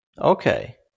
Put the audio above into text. okay